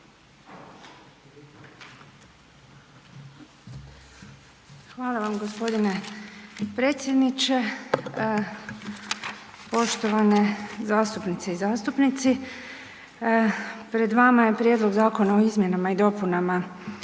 Hvala vam g. predsjedniče, poštovane zastupnice i zastupnici. Pred vama je Prijedlog zakona o izmjenama i dopunama